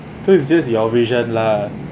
so this your vision lah